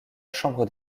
chambre